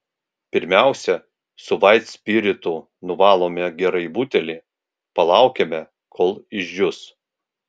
pirmiausia su vaitspiritu nuvalome gerai butelį palaukiame kol išdžius